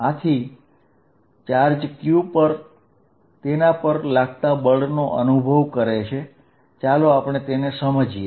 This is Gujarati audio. જેથી અન્ય ચાર્જ q તેના પર લાગતા બળનો અનુભવ કરે છે ચાલો તે સમજીએ